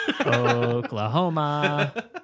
Oklahoma